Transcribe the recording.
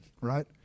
right